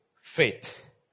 faith